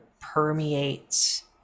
permeates